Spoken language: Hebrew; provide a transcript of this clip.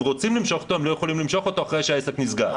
רוצים למשוך אותו והם לא יכולים למשוך אותו אחרי שהעסק נסגר.